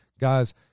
Guys